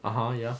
ah !huh! ya